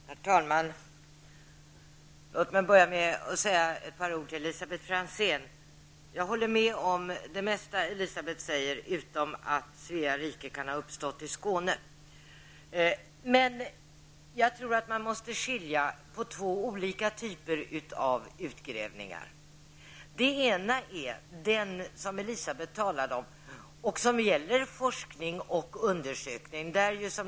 Herr talman! Låt mig börja med att säga ett par ord till Elisabet Franzén. Jag håller med om det mesta som Elisabet Franzén sade, utom att Svea rike kan ha uppstått i Skåne. Jag tror att man måste skilja på två olika typer av utgrävningar. Den ena typen är den som Elisabet Franzén talade om och som gäller forskning och undersökning.